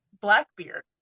blackbeard